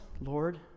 Lord